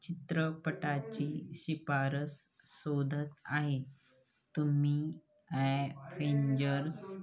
चित्रपटाची शिफारस शोधत आहे तुम्ही ॲव्हेंजर्स